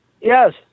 Yes